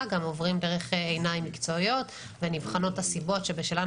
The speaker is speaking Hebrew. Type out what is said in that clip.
גם עוברים דרך עיניים מקצועיות ונבחנות הסיבות שבשלן